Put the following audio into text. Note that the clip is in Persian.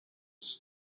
است